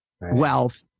wealth